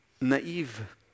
naive